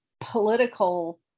political